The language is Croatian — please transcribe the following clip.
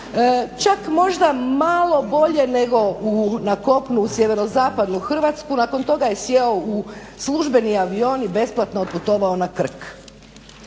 čak možda malo bolje nego na kopnu u sjeverozapadnu Hrvatsku. Nakon toga je sjeo u službeni avion i besplatno otputovao na Krk.